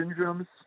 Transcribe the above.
syndromes